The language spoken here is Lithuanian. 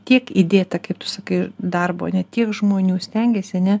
tiek įdėta kaip tu sakai darbo ar ne tik žmonių stengiasi ne